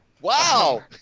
Wow